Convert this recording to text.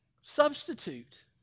substitute